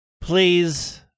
please